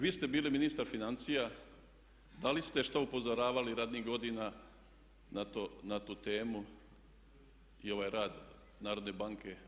Vi ste bili ministar financija, da li ste šta upozoravali ranijih godina na tu temu i ovaj rad narodne banke.